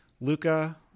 Luca